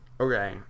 Okay